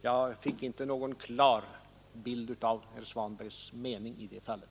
Jag fick inte någon klar bild av herr Svanbergs mening i det fallet.